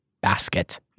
basket